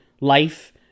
life